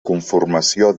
conformació